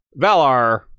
Valar